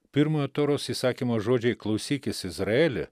pirmojo toros įsakymo žodžiai klausykis izraeli